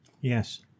Yes